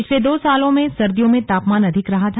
पिछले दो वर्षो में सर्दियों में तापमान अधिक रहा था